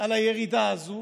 על הירידה הזו